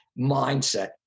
mindset